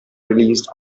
released